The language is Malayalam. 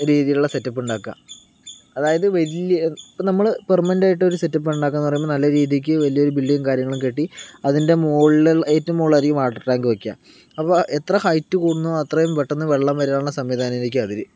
രീതിയിലുള്ള സെറ്റപ്പ് ഉണ്ടാക്കുക അതായത് വലിയ ഇപ്പോൾ നമ്മൾ പെർമനൻറ്റ് ആയിട്ട് ഒരു ഉണ്ടാക്കുക എന്ന് പറയുമ്പോൾ നല്ല രീതിക്ക് വലിയൊരു ബിൽഡിങ്ങും കാര്യങ്ങളും കെട്ടി അതിൻ്റെ മുകളില് ഏറ്റവും മുകളിലായിരിക്കും വാട്ടർടാങ്ക് വെക്കുക അപ്പോൾ എത്ര ഹൈറ്റ് കൂടുന്നുവോ അത്രയും പെട്ടെന്ന് വെള്ളം വരാനുള്ള സംവിധാനം ആയിരിക്കും അതില്